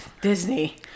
Disney